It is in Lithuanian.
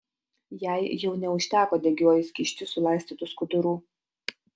jai jau neužteko degiuoju skysčiu sulaistytų skudurų